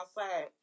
outside